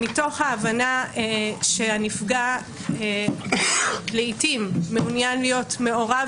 מתוך ההבנה שהנפגע לעתים מעוניין להיות מעורב